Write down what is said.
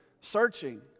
searching